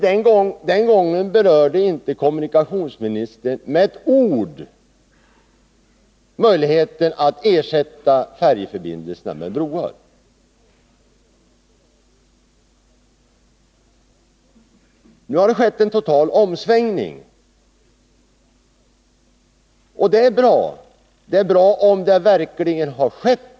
Den gången berörde inte kommunikationsministern med ett enda ord möjligheten att ersätta färjeförbindelserna med broar. Nu har det skett en total omsvängning, och det är bra om så verkligen är fallet.